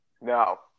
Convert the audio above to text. No